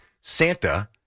Santa